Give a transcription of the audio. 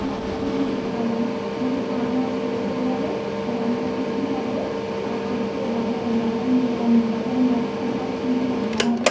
বাচ্চাকেও মুড়ি খাওয়ালাম মুড়ি খাওয়ানো শেষ হয়ে গেলে রান্না কী কী হবে স্ তা হচ্ছে বাজার বাজার নিয়ে বাজার নিয়ে আসার পর কী কী রান্না হবে